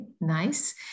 nice